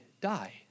die